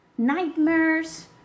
nightmares